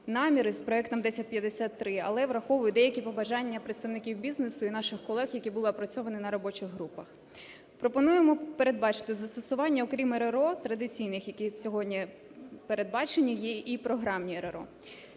наміри з проектом 1053, але враховує деякі побажання представників бізнесу і наших колег, які були опрацьовані на робочих групах. Пропонуємо передбачити застосування, окрім РРО традиційних, які сьогодні передбачені, є і програмні РРО,